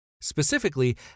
Specifically